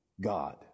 God